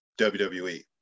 WWE